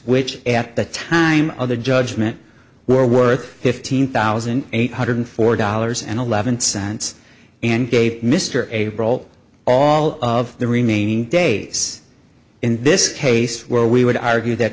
which at the time of the judgment were worth fifteen thousand eight hundred four dollars and eleven cents and gave mr a roll all of the remaining days in this case were we would argue that